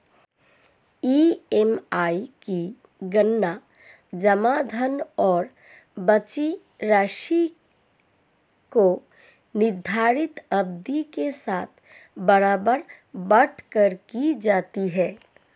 EMI की गणना जमा धन और बची राशि को निर्धारित अवधि के साथ बराबर बाँट कर की जाती है